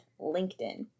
LinkedIn